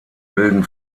bilden